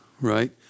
Right